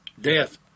Death